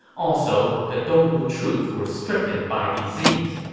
also, the dongwu troops were stricken by disease.